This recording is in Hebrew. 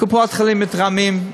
קופות-חולים מתרעמות,